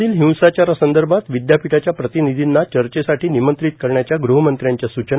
मधील हिंसाचारासंदर्भात विदयापीठाच्या प्रतिनिधींना चर्चेसाठी निमंत्रित करण्याच्या गहमंत्र्यांच्या सूचना